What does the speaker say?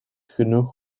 genoeg